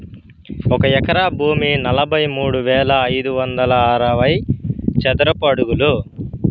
ఒక ఎకరా భూమి నలభై మూడు వేల ఐదు వందల అరవై చదరపు అడుగులు